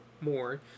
more